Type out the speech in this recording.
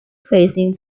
facing